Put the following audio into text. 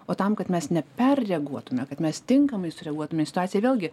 o tam kad mes neperreaguotume kad mes tinkamai sureaguotume į situaciją vėlgi